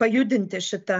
pajudinti šitą